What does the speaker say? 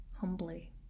humbly